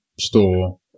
store